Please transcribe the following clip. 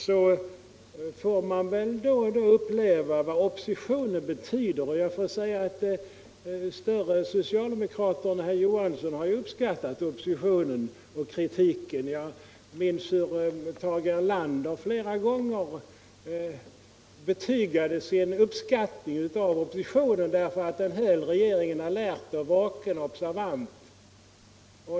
Större socialdemokrater än herr Johansson i Trollhättan har ju uppskattat oppositionen och kritiken. Jag minns hur Tage Erlander flera gånger betygade sin uppskattning av oppositionen därför att den höll regeringen alert, vaken och observant.